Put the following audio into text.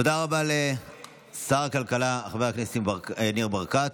תודה רבה לשר הכלכלה חבר הכנסת ניר ברקת.